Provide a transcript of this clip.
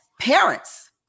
parents